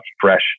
fresh